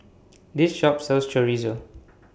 This Shop sells Chorizo